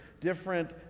different